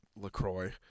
LaCroix